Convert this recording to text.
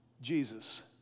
Jesus